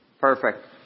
Perfect